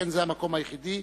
שכן זה המקום היחידי